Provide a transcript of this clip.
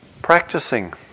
Practicing